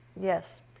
Yes